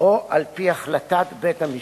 או על-פי החלטת בית-המשפט.